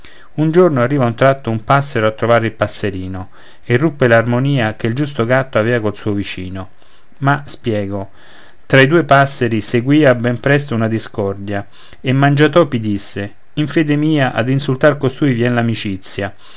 un giorno arriva a un tratto un passero a trovar il passerino e ruppe l'armonia che il giusto gatto avea col suo vicino a spiego tra i due passeri seguia ben presto una discordia e mangiatopi disse in fede mia ad insultar costui vien l'amicizia